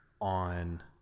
on